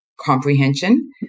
comprehension